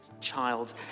child